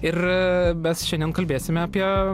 ir mes šiandien kalbėsime apie